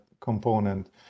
component